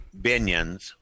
Binions